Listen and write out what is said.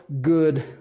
good